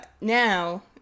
Now